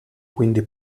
quindi